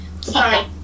Sorry